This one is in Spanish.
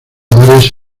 varias